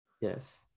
Yes